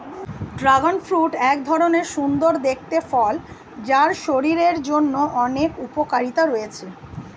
dragon fruit এক ধরণের সুন্দর দেখতে ফল যার শরীরের জন্য অনেক উপকারিতা রয়েছে